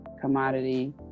commodity